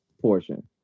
portion